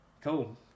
Cool